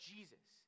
Jesus